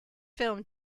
film